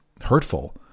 hurtful